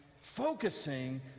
focusing